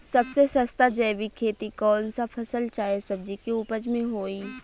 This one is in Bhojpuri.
सबसे सस्ता जैविक खेती कौन सा फसल चाहे सब्जी के उपज मे होई?